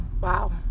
Wow